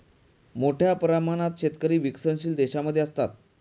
मोठ्या प्रमाणात शेतकरी विकसनशील देशांमध्ये असतात